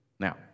Now